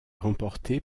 remportée